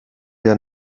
der